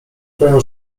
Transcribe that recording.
twoją